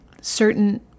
certain